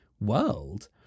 world